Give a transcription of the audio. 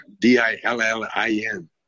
D-I-L-L-I-N